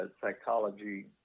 psychology